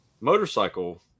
motorcycle